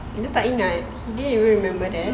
dia tak ingat he didn't even remember that